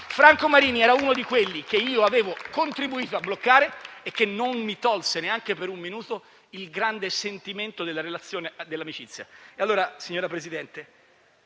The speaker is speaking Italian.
Franco Marini era uno di quelli che avevo contribuito a bloccare e che non mi tolse neanche per un minuto il grande sentimento della relazione dell'amicizia.